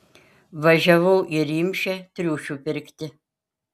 važiavau į rimšę triušių pirkti